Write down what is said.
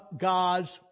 God's